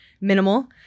minimal